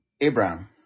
Abraham